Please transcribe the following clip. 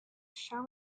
shall